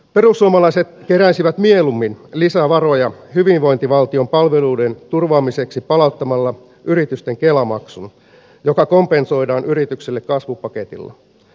perussuomalaiset keräisivät mieluummin lisää varoja hyvinvointivaltion palveluiden turvaamiseksi palauttamalla yritysten kela maksun joka kompensoidaan yrityksille kasvupaketilla